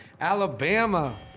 Alabama